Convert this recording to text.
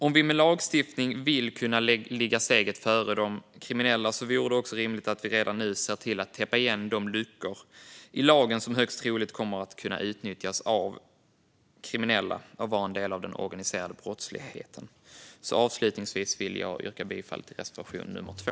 Om vi med lagstiftning vill kunna ligga steget före de kriminella vore det rimligt att redan nu se till att täppa igen de luckor i lagen som högst troligt kommer att kunna utnyttjas av kriminella som en del av den organiserade brottsligheten. Avslutningsvis vill jag därför yrka bifall till reservation nummer 2.